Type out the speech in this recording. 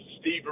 Steve